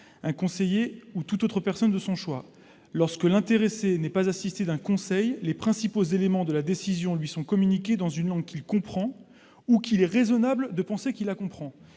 un conseil ou toute personne de son choix. Lorsque l'intéressé n'est pas assisté d'un conseil, les principaux éléments de la décision lui sont communiqués dans une langue qu'il comprend ou dont il est raisonnable de penser qu'il la comprend.